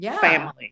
family